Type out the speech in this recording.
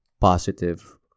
positive